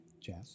Jazz